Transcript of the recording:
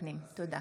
נתקבלה.